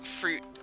fruit